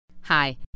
Hi